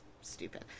stupid